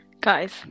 Guys